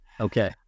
okay